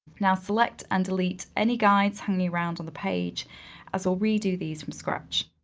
now select and delete any guides hanging around on the page as we'll redo these from scratch.